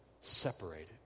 separated